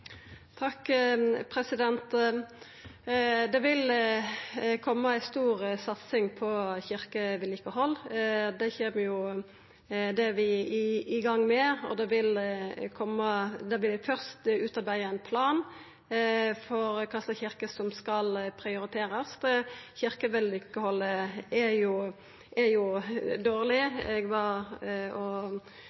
Det vil koma ei stor satsing på kyrkjevedlikehald. Det er vi i gang med, der vi først utarbeider ein plan for kva slags kyrkjer som skal prioriterast. Kyrkjevedlikehaldet er jo dårleg. Eg